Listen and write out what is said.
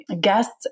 guests